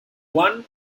one